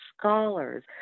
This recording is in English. scholars